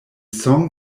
song